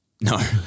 no